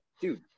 dude